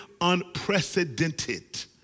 unprecedented